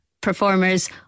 performers